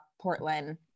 Portland